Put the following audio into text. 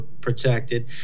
protected